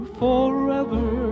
forever